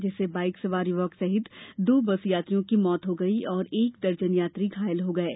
जिससे बाईक सवार युवक सहित दो बस यात्रियों की मौत हो गई और एक दर्जन यात्री घायल हो गये